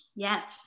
Yes